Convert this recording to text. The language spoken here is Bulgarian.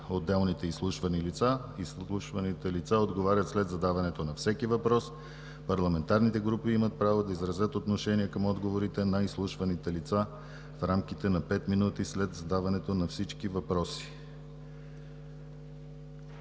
лица. Изслушваните лица отговарят след задаването на всеки въпрос. Парламентарните групи имат право да изразят отношение към отговорите на изслушваните лица в рамките на 5 минути след задаването на всички въпроси.“